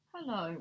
Hello